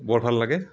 বৰ ভাল লাগে